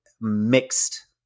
mixed